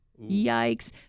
Yikes